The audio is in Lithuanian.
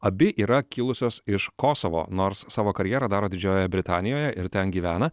abi yra kilusios iš kosovo nors savo karjerą daro didžiojoje britanijoje ir ten gyvena